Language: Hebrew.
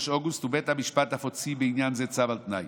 ובית המשפט אף הוציא בעניין זה צו על תנאי.